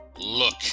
Look